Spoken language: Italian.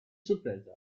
sorpresa